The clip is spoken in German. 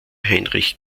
heinrich